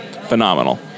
phenomenal